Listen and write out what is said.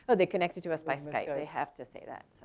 ah they connected to us by skype. they have to say that,